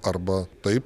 arba taip